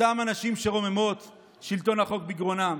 אותם אנשים שרוממות שלטון החוק בגרונם,